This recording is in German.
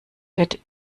wird